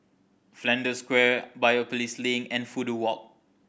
Flanders Square Biopolis Link and Fudu Walk